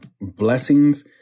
blessings